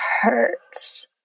hurts